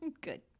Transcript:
Good